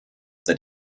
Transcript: that